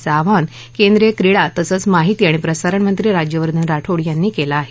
असं आवाहन केंद्रीय क्रिडा तसंच माहिती आणि प्रसारणमंत्री राज्यवर्धन राठोड यांनी केलं आहे